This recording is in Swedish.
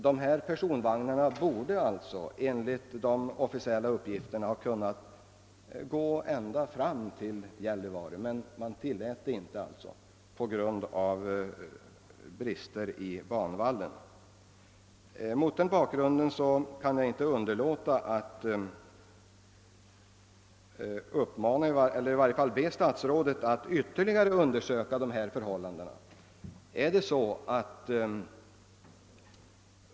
Dessa personvagnar borde alltså ha kunnat gå ända fram till Gällivare, men man tillät det inte på grund av brister i banan. Mot den bakgrunden kan jag inte underlåta att be statsrådet ytterligare undersöka dessa förhållanden.